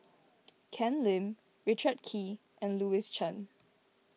Ken Lim Richard Kee and Louis Chen